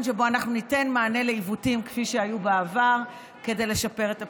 שבו אנחנו ניתן מענה לעיוותים כפי שהיו בעבר כדי לשפר את הפתרון.